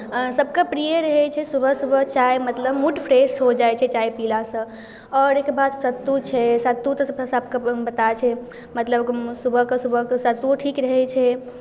सभके प्रिय रहै छै सुबह सुबह चाय मतलब मूड फ्रेश भऽ जाइ छै चाय पीलासँ आओर एहिके बाद सत्तू छै सत्तू तऽ सभकेँ पता छै मतलब सुबहके सुबहके सत्तू ठीक रहै छै